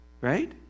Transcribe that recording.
right